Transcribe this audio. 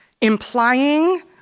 implying